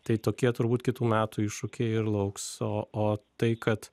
tai tokie turbūt kitų metų iššūkiai ir lauks o o tai kad